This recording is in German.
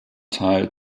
teil